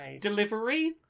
delivery